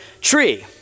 tree